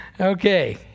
Okay